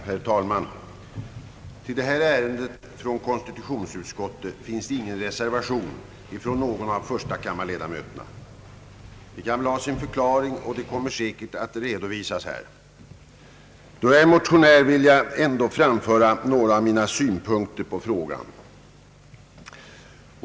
Herr talman! Till detta ärende från konstitutionsutskottet finns ingen reservation från någon av förstakammarledamöterna. Det kan väl ha sin förklaring, vilken säkert kommer att redovisas här. Då jag är motionär vill jag ändå framföra några av mina synpunkter på frågan.